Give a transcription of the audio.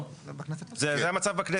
זה המצב כנסת.